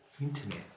internet